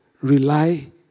Rely